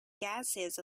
gases